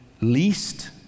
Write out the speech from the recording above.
least